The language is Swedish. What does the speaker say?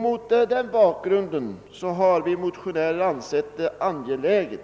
Mot denna bakgrund har vi ansett det angeläget